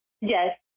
Yes